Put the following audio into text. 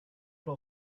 will